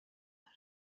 داره